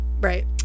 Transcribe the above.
Right